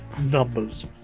numbers